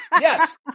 Yes